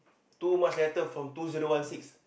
too much letter from two zero one six